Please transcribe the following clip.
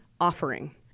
offering